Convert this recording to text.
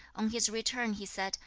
on his return he said,